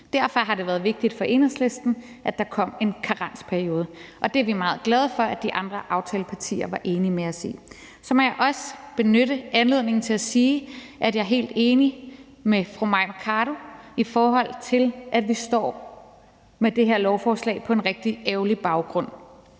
Derfor har det været vigtigt for Enhedslisten, at der kom en karensperiode, og det er vi meget glade for at de andre aftalepartier var enige med os i. Så må jeg også benytte anledningen til at sige, at jeg er helt enig med fru Mai Mercado i, at vi står med det her lovforslag på en rigtig ærgerlig baggrund,